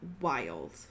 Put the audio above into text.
wild